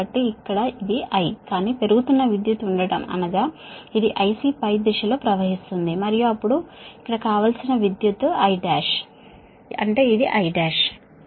కాబట్టి ఇక్కడ ఇది I కానీ పెరుగుతున్న విద్యుత్ ఉండటం అనగా ఇది Ic పై దిశలో ప్రవహిస్తుంది మరియు అప్పుడు ఇది కావలసిన విద్యుత్ I1 సరేనా అంటే ఇది I1